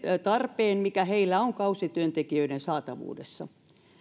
tarpeen mikä heillä on kausityöntekijöiden saatavuudessa